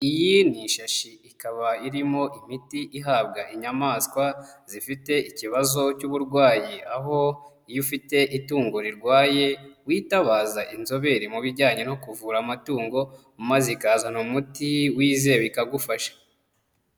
Iyi ni ishashi ikaba irimo imiti ihabwa inyamaswa, zifite ikibazo cy'uburwayi, aho iyo ufite itungo rirwaye, witabaza inzobere mu bijyanye no kuvura amatungo maze ukazana umuti wizewe ikagufasha.